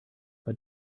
but